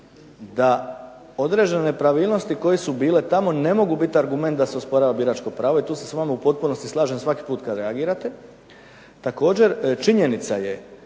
da određene nepravilnosti koje su bile tamo ne mogu biti argument da se osporava biračko pravo i tu se s vama u potpunosti slažem kada svaki puta reagirate. Također činjenica je